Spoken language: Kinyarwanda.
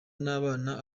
n’abana